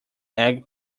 egg